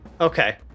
Okay